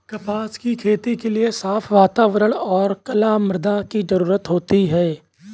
कपास की खेती के लिए साफ़ वातावरण और कला मृदा की जरुरत होती है